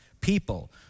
people